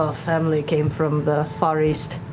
family came from the far east.